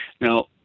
Now